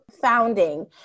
founding